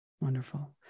Wonderful